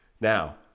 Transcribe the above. Now